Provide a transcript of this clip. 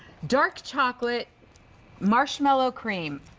dark chocolate marshmallow cream.